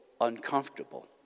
uncomfortable